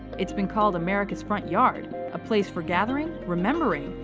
it's been called america's front yard a place for gathering, remembering,